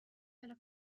della